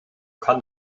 kann